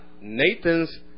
Nathan's